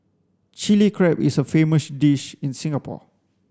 Chilli Crab is a famous dish in Singapore